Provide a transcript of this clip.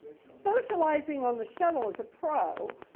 socializing on the shuttle is a pro.